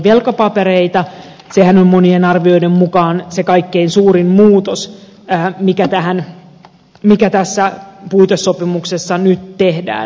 sehän on monien arvioiden mukaan se kaikkein suurin muutos mikä tässä puitesopimuksessa nyt tehdään